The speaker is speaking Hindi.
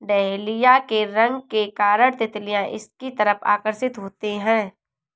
डहेलिया के रंग के कारण तितलियां इसकी तरफ आकर्षित होती हैं